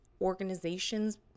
organizations